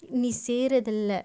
நீசெய்றதுஇல்ல:ni seiradhu illa